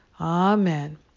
Amen